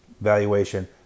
valuation